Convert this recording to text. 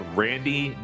randy